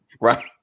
Right